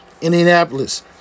Indianapolis